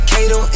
Kato